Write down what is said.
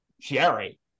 Jerry